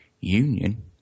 Union